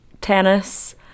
tennis